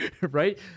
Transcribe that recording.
Right